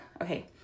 Okay